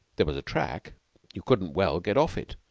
there was a track you couldn't well get off it,